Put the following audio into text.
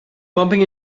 bumping